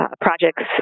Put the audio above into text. projects